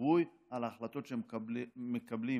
הגיבוי על ההחלטות המבצעיות שהם מקבלים.